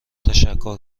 تشکر